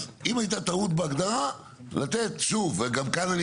אז הם הייתה טעות בהגדרה, גם כאן אני